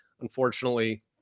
unfortunately